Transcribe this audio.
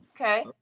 Okay